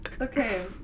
Okay